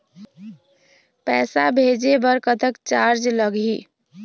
पैसा भेजे बर कतक चार्ज लगही?